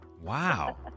Wow